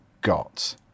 got